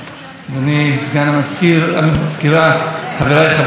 חבריי חברי הכנסת המתוקים והמתוקות מן הקואליציה ומן האופוזיציה,